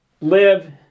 live